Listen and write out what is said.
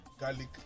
garlic